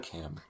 Cam